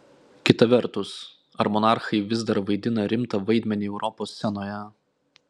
kita vertus ar monarchai vis dar vaidina rimtą vaidmenį europos scenoje